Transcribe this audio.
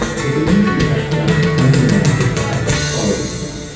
but they usually have some undeniably catchy quality to them.